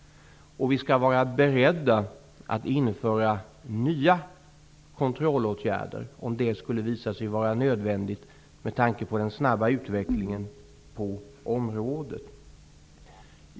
Vi skall också vara beredda att införa nya kontrollåtgärder om det skulle visa sig vara nödvändigt med tanke på den snabba utvecklingen på området.